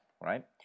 right